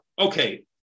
okay